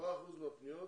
4% מהפניות